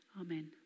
Amen